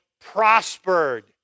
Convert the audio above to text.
prospered